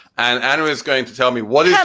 and anna is going to tell me what it.